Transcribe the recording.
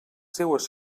seues